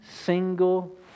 single